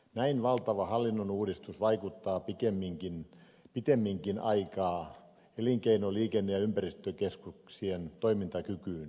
näin valtava hallinnonuudistus vaikuttaa pidemmänkin aikaa elinkeino liikenne ja ympäristökeskuksien toimintakykyyn